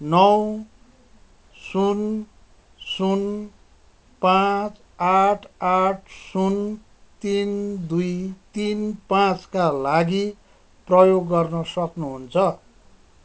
नौ शून्य शून्य पाँच आठ आठ शून्य तिन दुई तिन पाँचका लागि प्रयोग गर्न सक्नुहुन्छ